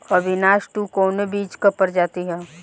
अविनाश टू कवने बीज क प्रजाति ह?